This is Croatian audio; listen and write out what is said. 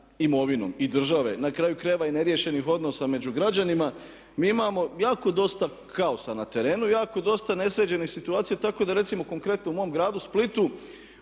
imovinom i države, na kraju krajeva i neriješenih odnosa među građanima mi imamo dosta kaosa na terenu, dosta nesređenih situacija. Tako da recimo konkretno u mom gradu Splitu